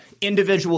individual